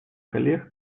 коллег